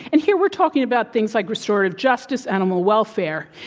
and here, we're talking about things like restorative justice, animal welfare,